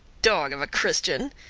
dog of a christian,